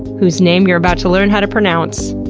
who's name you're about to learn how to pronounce,